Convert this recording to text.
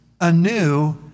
anew